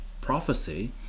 prophecy